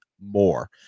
more